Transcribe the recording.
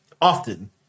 often